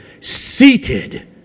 seated